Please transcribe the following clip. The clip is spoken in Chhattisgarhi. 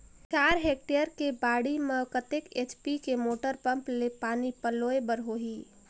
चार हेक्टेयर के बाड़ी म कतेक एच.पी के मोटर पम्म ले पानी पलोय बर होही?